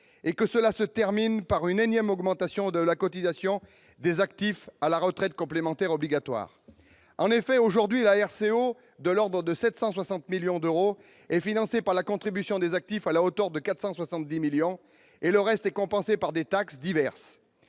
et que cela se termine par une énième augmentation de la cotisation des actifs à la retraite complémentaire obligatoire, ou RCO. En effet, la RCO, qui est de l'ordre de 760 millions d'euros, est aujourd'hui financée par la contribution des actifs, à hauteur de 470 millions d'euros, le reste étant compensé par des taxes diverses.